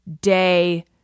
day